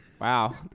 Wow